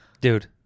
Dude